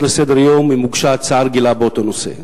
לסדר-היום אם הוגשה הצעה רגילה באותו נושא,